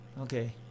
Okay